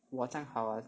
!wah! 这样好 ah